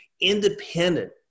independent